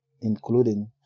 including